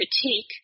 critique